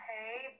Hey